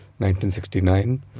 1969